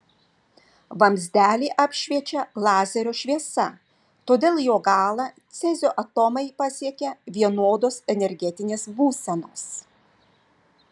vamzdelį apšviečia lazerio šviesa todėl jo galą cezio atomai pasiekia vienodos energetinės būsenos